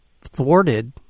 thwarted